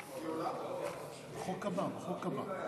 הבא, בחוק הבא.